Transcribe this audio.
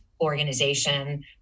organization